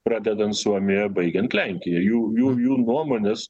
pradedant suomija baigiant lenkija jų jų jų nuomonės